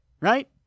Right